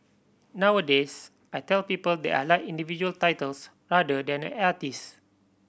nowadays I tell people that I like individual titles rather than an artist